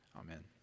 Amen